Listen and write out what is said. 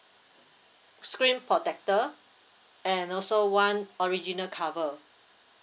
screen protector and also one original cover